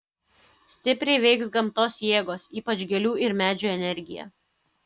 stipriai veiks gamtos jėgos ypač gėlių ir medžių energija